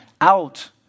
out